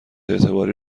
اعتباری